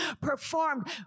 performed